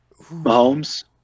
Mahomes